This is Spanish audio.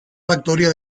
factoría